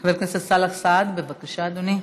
חבר הכנסת סאלח סעד, בבקשה, אדוני.